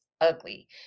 ugly